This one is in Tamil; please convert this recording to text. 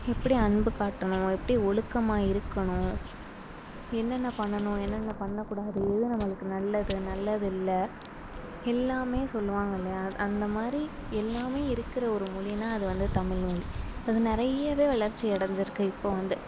எப்படி அன்பு காட்டணும் எப்படி ஒழுக்கமாக இருக்கணும் என்னென்ன பண்ணணும் என்னென்ன பண்ண கூடாது எது நம்மளுக்கு நல்லது நல்லது இல்லை எல்லாம் சொல்லுவாங்க இல்லையா அந்த மாதிரி எல்லாம் இருக்கிற ஒரு மொழினா அது வந்து தமிழ்மொழி அது நிறையவே வளர்ச்சி அடைஞ்சிருக்கு இப்போது வந்து